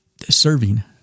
serving